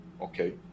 Okay